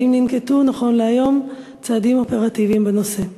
האם ננקטו נכון להיום צעדים אופרטיביים בנושא?